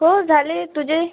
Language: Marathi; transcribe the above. हो झाले तुझे